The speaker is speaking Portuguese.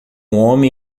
homem